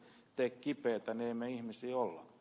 heikki peltonen nimesi o